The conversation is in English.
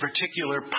particular